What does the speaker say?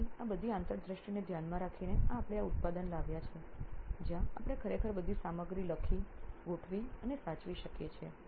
તેથી આ બધી આંતરદૃષ્ટિને ધ્યાનમાં રાખીને આપણે આ ઉત્પાદન લાવ્યા છીએ જ્યાં આપણે ખરેખર બધી સામગ્રી લખી ગોઠવી અને સાચવી શકીએ છીએ